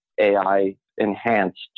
AI-enhanced